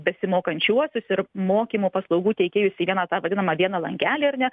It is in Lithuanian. besimokančiuosius ir mokymo paslaugų teikėjus į vieną tą vadinamą vieną langelį ar ne